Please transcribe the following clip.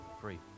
free